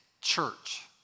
church